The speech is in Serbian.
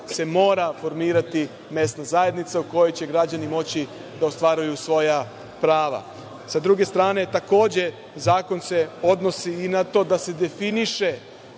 se mora formirati mesna zajednica u kojoj će građani moći da ostvaruju svoja prava. Sa druge strane, takođe, zakon se odnosi i na to da se definiše